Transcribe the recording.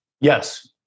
Yes